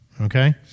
Okay